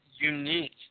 unique